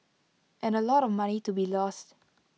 and A lot of money to be lost